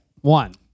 One